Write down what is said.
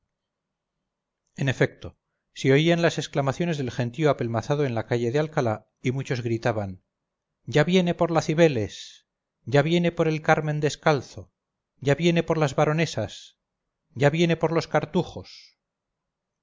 en efecto se oían las exclamaciones del gentío apelmazado en la calle de alcalá y muchos gritaban ya viene por la cibeles ya viene por el carmen descalzo ya viene por las baronesas ya viene por los cartujos